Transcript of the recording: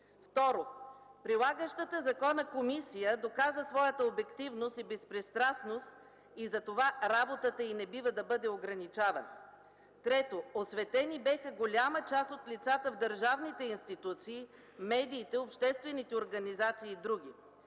Второ, прилагащата закона комисия доказа своята обективност и безпристрастност и затова работата й не бива да бъде ограничавана. Трето, осветени бяха голяма част от лицата в държавните институции, медиите, обществените организации и други.